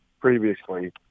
previously